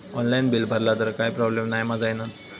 Online bill भरला तर काय प्रोब्लेम नाय मा जाईनत?